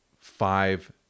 five